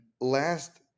last